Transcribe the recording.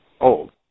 old